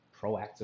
proactive